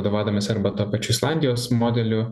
vadovaudamiesi arba tuo pačiu islandijos modeliu